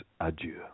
adieu